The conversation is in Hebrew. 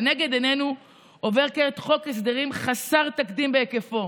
"לנגד עינינו עובר כעת חוק הסדרים חסר תקדים בהיקפו,